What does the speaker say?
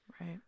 Right